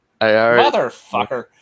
Motherfucker